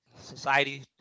Society